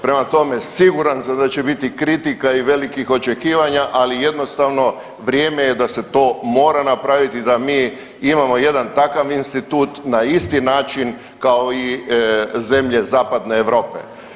Prema tome, siguran sam da će biti kritika i velikih očekivanja, ali jednostavno vrijeme je da se to mora napraviti, da mi imamo jedan takav institut na isti način kao i zemlje Zapadne Europe.